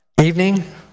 evening